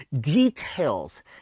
details